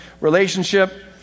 relationship